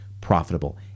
profitable